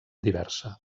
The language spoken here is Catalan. diversa